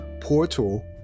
portal